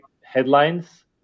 headlines